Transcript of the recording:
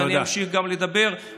ואז אני אמשיך לדבר,